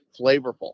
flavorful